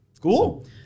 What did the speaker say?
cool